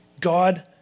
God